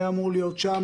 היה אמור להיות שם,